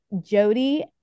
Jody